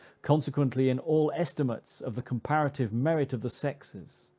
consequently, in all estimates of the comparative merit of the sexes,